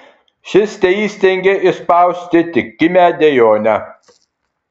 šis teįstengė išspausti tik kimią dejonę